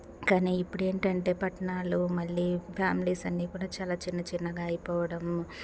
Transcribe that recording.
కానీ ఇప్పుడేంటంటే పట్టణాల్లో మళ్ళీ ఫ్యామిలీస్ అన్నీ కూడా చాలా చిన్నచిన్నగా అయిపోవడం